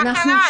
מה קרה?